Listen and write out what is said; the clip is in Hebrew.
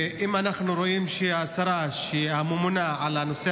אם אנחנו רואים שהשרה שהיא הממונה על הנושא